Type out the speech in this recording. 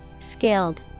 Skilled